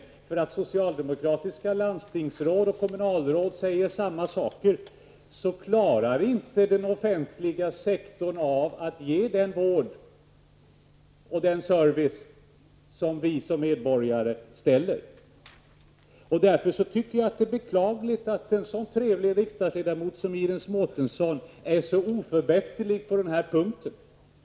Eftersom socialdemokratiska landstingsråd och kommunalråd säger detsamma, finns det belägg för att den offentliga sektorn inte klarar att tillgodose medborgarnas behov av vård och service. Därför är det beklagligt att en sådan trevlig riksdagsledamot som Iris Mårtensson är så oförbätterlig på den här punkten.